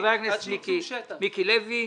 שחבר הכנסת מיקי לוי ציין.